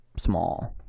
small